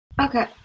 Okay